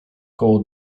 koło